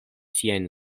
siajn